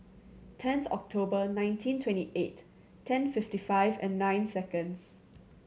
tenth October nineteen twenty eight ten fifty five and nine seconds